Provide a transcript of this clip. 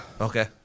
Okay